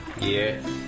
Yes